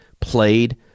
played